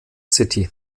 city